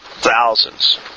thousands